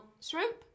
shrimp